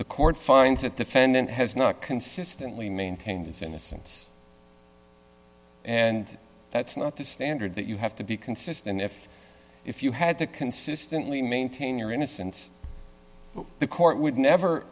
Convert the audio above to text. the court finds that the fent has not consistently maintained its innocence and that's not the standard that you have to be consistent if if you had to consistently maintain your innocence the court would never